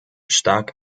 stark